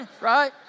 right